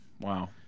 Wow